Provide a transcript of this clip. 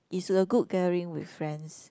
is a good gathering with friends